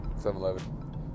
7-Eleven